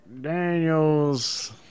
Daniels